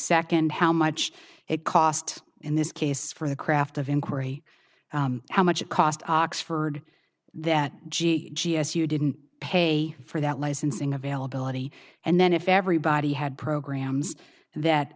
second how much it cost in this case for the craft of inquiry how much it cost oxford that g s you didn't pay for that licensing availability and then if everybody had programs that